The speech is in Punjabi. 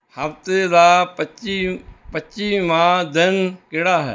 ਹਫ਼ਤੇੇ ਦਾ ਪੱਚੀ ਪੱਚੀਵਾਂ ਦਿਨ ਕਿਹੜਾ ਹੈ